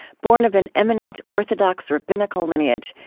born of an eminent orthodox rabbinical lineage,